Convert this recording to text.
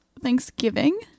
Thanksgiving